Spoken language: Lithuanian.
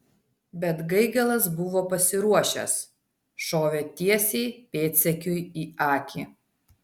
bet gaigalas buvo pasiruošęs šovė tiesiai pėdsekiui į akį